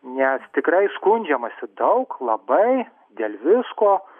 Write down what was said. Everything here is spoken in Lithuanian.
nes tikrai skundžiamasi daug labai dėl visko